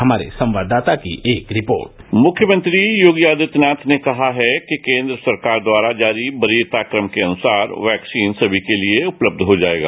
हमारे संवाददाता की एक रिपोर्ट मुख्यमंत्री योगी आदित्यनाथ ने कहा है कि केंद्र सरकार द्वारा जारी वरीयता क्रम के अनुसार वैक्सीन सभी के लिए उपलब्ध हो जाएगा